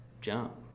jump